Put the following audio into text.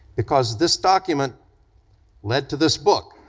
because this document led to this book,